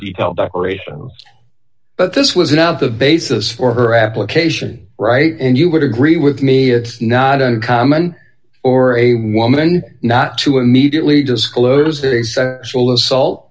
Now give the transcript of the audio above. detail declarations but this was not the basis for her application right and you would agree with me it's not uncommon for a woman not to immediately disclose a sexual assault